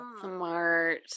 Smart